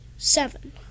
Seven